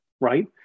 right